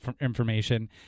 information